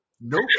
Nope